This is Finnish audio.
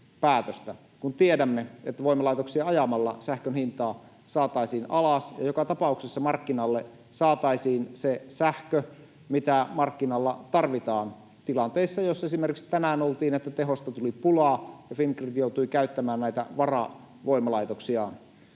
kun tiedämme, että voimalaitoksia ajamalla sähkön hintaa saataisiin alas ja joka tapauksessa markkinoille saataisiin se sähkö, mitä markkinoilla tarvitaan tilanteessa, jossa esimerkiksi tänään oltiin, kun tehosta tuli pulaa ja Fingrid joutui käyttämään varavoimalaitoksiaan.